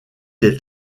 est